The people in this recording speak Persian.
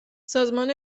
سازمان